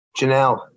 Janelle